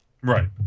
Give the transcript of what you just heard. Right